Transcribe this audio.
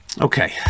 Okay